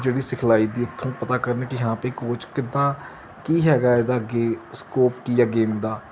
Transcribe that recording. ਜਿਹੜੀ ਸਿਖਲਾਈ ਦੀ ਉੱਥੋਂ ਪਤਾ ਕਰਨ ਕਿ ਹਾਂ ਭਈ ਕੋਚ ਕਿੱਦਾਂ ਕੀ ਹੈਗਾ ਇਹਦਾ ਅੱਗੇ ਸਕੋਪ ਕੀ ਹੈ ਗੇਮ ਦਾ